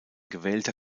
gewählter